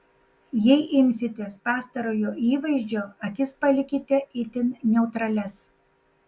jei imsitės pastarojo įvaizdžio akis palikite itin neutralias